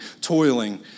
toiling